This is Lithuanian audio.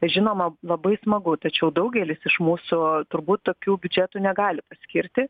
žinoma labai smagu tačiau daugelis iš mūsų turbūt tokių biudžetų negali paskirti